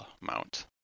mount